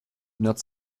not